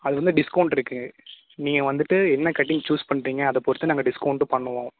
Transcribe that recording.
அது வந்து டிஸ்கௌண்ட் இருக்குது நீங்கள் வந்துட்டு என்ன கட்டிங் சூஸ் பண்ணுறீங்க அதை பொறுத்து நாங்கள் டிஸ்கௌண்ட்டு பண்ணுவோம்